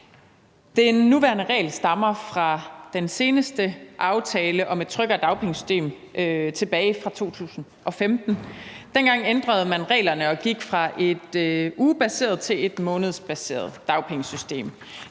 Den nuværende regel stammer fra den seneste aftale om et tryggere dagpengesystem fra 2015. Dengang ændrede man reglerne og gik fra et ugebaseret til et månedsbaseret dagpengesystem.